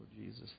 Jesus